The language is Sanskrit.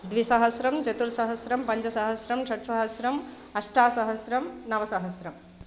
द्विसहस्रं चतुर्सहस्रं पञ्चसहस्रं षट्सहस्रम् अष्टासहस्रं नवसहस्रम्